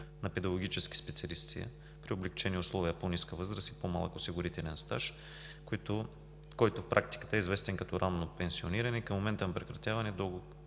на педагогически специалисти при облекчени условия – по-ниска възраст и по-малък осигурителен стаж, който в практиката е известен като ранно пенсиониране. Към момента на прекратяването